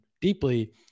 deeply